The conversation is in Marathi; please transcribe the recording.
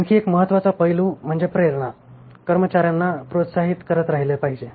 आणखी एक महत्त्वाचा पैलू म्हणजे प्रेरणा कर्मचार्यांना प्रोत्साहित करत राहिले पाहिजर